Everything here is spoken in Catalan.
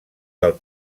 del